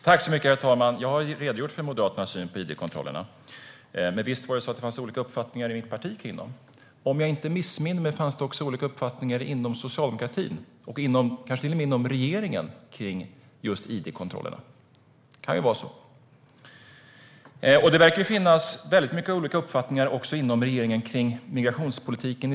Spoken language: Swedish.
Herr talman! Jag har redogjort för Moderaternas syn på id-kontrollerna. Men visst fanns det olika uppfattningar om dem i mitt parti. Om jag inte missminner mig fanns det också olika uppfattningar inom socialdemokratin och regeringen om id-kontrollerna. Det verkar finnas många olika uppfattningar om migrationspolitiken i stort inom regeringen.